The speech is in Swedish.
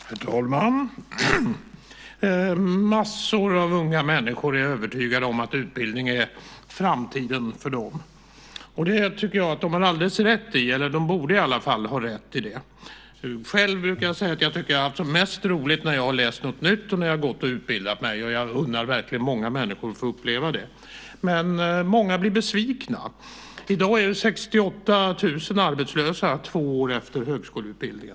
Herr talman! Massor av unga människor är övertygade om att utbildning är framtiden för dem. Det tycker jag att de har alldeles rätt i. De borde i alla fall ha det. Jag brukar säga att jag har haft som mest roligt när jag har läst något nytt och när jag har utbildat mig. Och jag unnar verkligen många människor att få uppleva det. Men många blir besvikna. I dag är 68 000 arbetslösa två år efter avslutad högskoleutbildning.